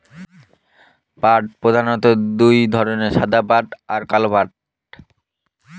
পাট প্রধানত দু ধরনের সাদা পাট আর কালো পাট